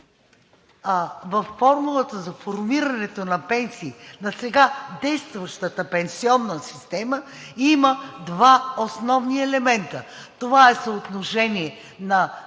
във формулата за формирането на пенсии на сега действащата пенсионна система има два основни елемента. Това е съотношение на